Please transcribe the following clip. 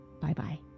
Bye-bye